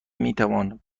میتوان